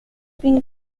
been